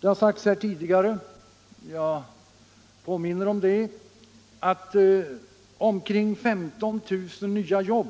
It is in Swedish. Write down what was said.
Det har sagts här tidigare, och jag påminner om det, att omkring 15 000 nya jobb